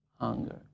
hunger